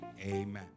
Amen